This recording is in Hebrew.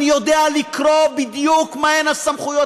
אני יודע לקרוא בדיוק מהן הסמכויות